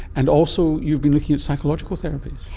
and also you've been looking at psychological therapies.